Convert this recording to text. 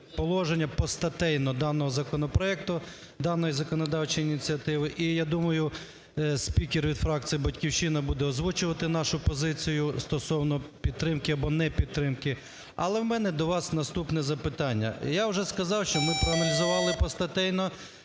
положення постатейно даного законопроекту, даної законодавчої ініціативи. І я думаю, спікер від фракції "Батьківщина" буде озвучувати нашу позицію стосовно підтримки абонепідтримки. Але в мене до вас наступне запитання. Я вже сказав, що ми проаналізували постатейно